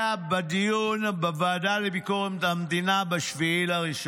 בדיון בוועדה לביקורת המדינה ב-7 בינואר.